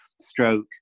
stroke